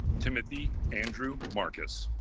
timothy andrew marcus